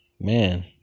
man